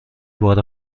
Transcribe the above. بار